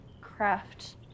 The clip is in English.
craft